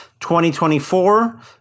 2024